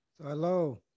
hello